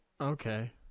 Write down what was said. Okay